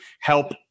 help